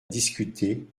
discuter